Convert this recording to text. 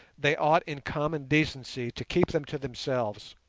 they ought in common decency to keep them to themselves.